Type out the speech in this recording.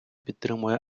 підтримує